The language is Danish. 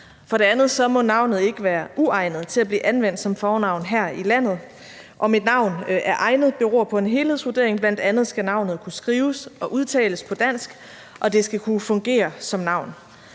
For det andet må navnet ikke være uegnet til at blive anvendt som fornavn her i landet. Om et navn er egnet, beror på en helhedsvurdering. Bl.a. skal navnet kunne skrives og udtales på dansk, og det skal kunne fungere som navn.